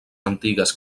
antigues